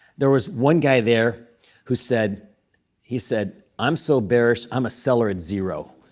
there was one guy there who said he said, i'm so bearish, i'm a seller at zero